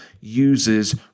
uses